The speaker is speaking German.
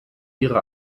ihre